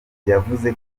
yavuze